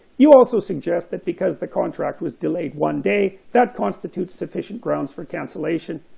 you also suggest that because the contract was delayed one day, that constitutes sufficient grounds for cancellation,